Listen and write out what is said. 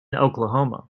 oklahoma